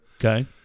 Okay